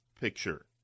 picture